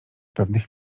pewnych